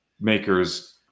makers